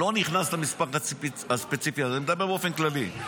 לא נכנס למסמך הספציפי הזה, מדבר באופן כללי.